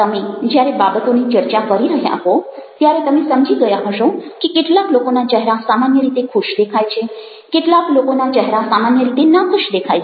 તમે જ્યારે બાબતોની ચર્ચા કરી રહ્યા હો ત્યારે તમે સમજી ગયા હશો કે કેટલાક લોકોના ચહેરા સામાન્ય રીતે ખુશ દેખાય છે કેટલાક લોકોના ચેહરા સામાન્ય રીતે નાખુશ દેખાય છે